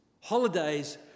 holidays